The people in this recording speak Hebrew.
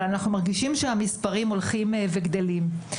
אבל אנחנו מרגישים שהמספרים הולכים וגדלים.